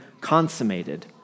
consummated